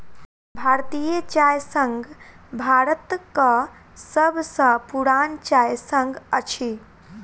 भारतीय चाय संघ भारतक सभ सॅ पुरान चाय संघ अछि